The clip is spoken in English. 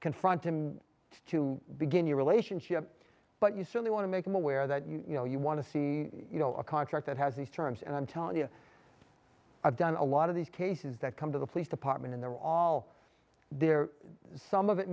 confront him to begin your relationship but you certainly want to make them aware that you know you want to see you know a contract that has these terms and i'm telling you i've done a lot of these cases that come to the police department in they're all there some of it